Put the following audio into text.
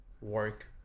work